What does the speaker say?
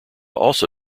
also